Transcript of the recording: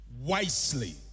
wisely